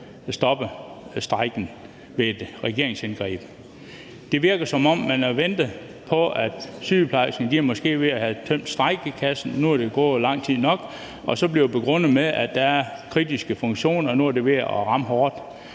stoppe strejken ved et regeringsindgreb. Det virker, som om man har ventet på, at sygeplejerskerne måske var ved at have tømt strejkekassen, og at nu var der gået lang tid nok, og så bliver det begrundet med, at der er nogle kritiske funktioner, og at nu er det ved at ramme hårdt